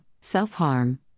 Self-Harm